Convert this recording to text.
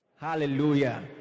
Hallelujah